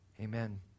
Amen